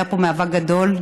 היה פה מאבק גדול.